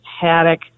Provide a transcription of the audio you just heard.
haddock